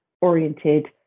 oriented